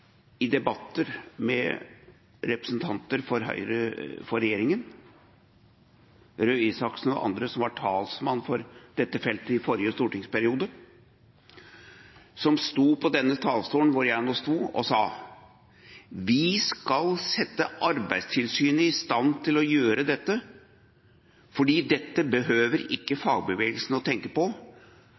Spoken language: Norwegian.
i debatter med representanter for regjeringen. Det gjelder Torbjørn Røe Isaksen og andre som var talsmenn for dette feltet i forrige stortingsperiode, som sto på denne talerstolen hvor jeg nå står, og sa: Vi skal sette Arbeidstilsynet i stand til å gjøre dette, så dette behøver ikke fagbevegelsen å tenke på,